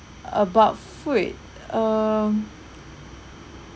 about food um